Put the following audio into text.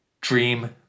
dream